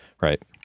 right